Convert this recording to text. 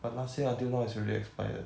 but last year until now is already expired